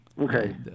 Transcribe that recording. Okay